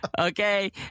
Okay